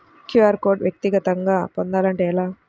QR code వ్యక్తిగతంగా పొందాలంటే ఎలా?